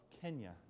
Kenya